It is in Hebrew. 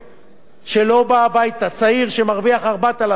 צעיר שמרוויח 4,000 או 5,000 שקל,